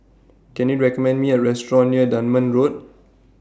Can YOU recommend Me A Restaurant near Dunman Road